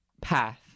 path